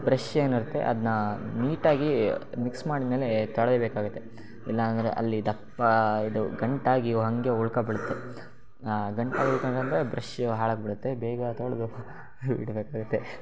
brush ಏನಿರುತ್ತೆ ಅದನ್ನ ನೀಟಾಗಿ ಮಿಕ್ಸ್ ಮಾಡಿದ ಮೇಲೆ ತೊಳೀಬೇಕಾಗುತ್ತೆ ಇಲ್ಲ ಅಂದರೆ ಅಲ್ಲಿ ದಪ್ಪ ಇದು ಗಂಟಾಗಿ ಹಂಗೆ ಉಳ್ಕೋಬಿಡುತ್ತೆ ಗಂಟಾಗಿ ಉಳ್ಕೊಂತಂದ್ರೆ ಬ್ರಷ್ಷು ಹಾಳಾಗಿಬಿಡುತ್ತೆ ಬೇಗ ತೊಳೀಬೇಕು ಇಡಬೇಕಾಗುತ್ತೆ